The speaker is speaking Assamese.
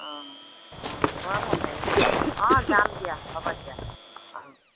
অঁ অঁ বৰ ভাল লাগে দেই অঁ যাম দিয়া হ'ব দিয়া অঁ